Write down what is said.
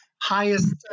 highest